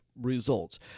results